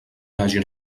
hagin